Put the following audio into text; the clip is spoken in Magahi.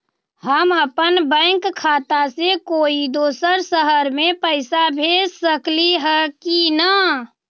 हम अपन बैंक खाता से कोई दोसर शहर में पैसा भेज सकली ह की न?